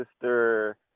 Sister